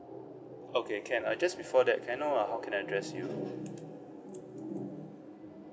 okay can uh just before that can I know uh how can I address you that